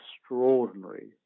extraordinary